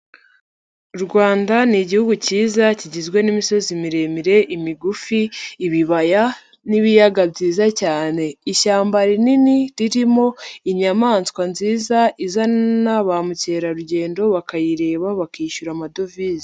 U Rwanda ni igihugu cyiza kigizwe n'imisozi miremire ,imigufi, ibibaya n'ibiyaga byiza cyane. Ishyamba rinini ririmo inyamaswa nziza izana ba mukerarugendo, bakayireba bakishyura amadovize.